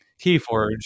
Keyforge